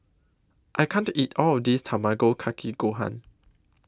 I can't eat All of This Tamago Kake Gohan